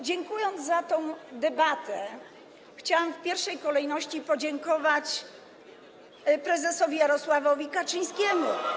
Dziękując za tą debatę, chciałam w pierwszej kolejności podziękować prezesowi Jarosławowi Kaczyńskiemu.